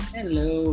Hello